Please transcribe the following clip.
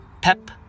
pep